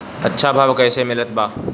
अच्छा भाव कैसे मिलत बा?